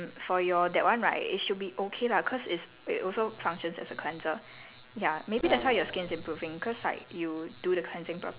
ya that's why people use double cleansers but for um for your that one right it should be okay lah cause it's it also functions as a cleanser